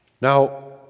Now